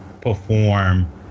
perform